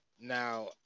Now